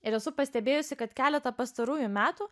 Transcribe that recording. ir esu pastebėjusi kad keletą pastarųjų metų